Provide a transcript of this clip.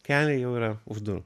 keliai jau yra už durų